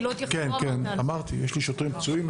כן, אמרתי שיש לי שוטרים פצועים.